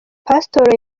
pasitoro